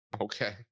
Okay